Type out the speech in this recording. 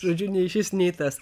žodžiu nei šis nei tas